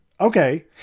Okay